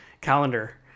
calendar